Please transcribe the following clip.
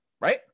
right